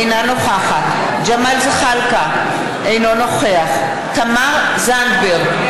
אינה נוכחת ג'מאל זחאלקה, אינו נוכח תמר זנדברג,